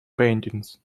paintings